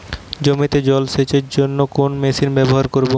জমিতে জল সেচের জন্য কোন মেশিন ব্যবহার করব?